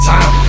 Time